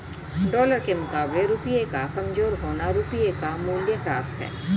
dollar के मुकाबले रुपए का कमज़ोर होना रुपए का मूल्यह्रास है